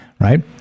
right